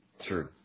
True